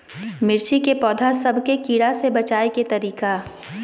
मिर्ची के पौधा सब के कीड़ा से बचाय के तरीका?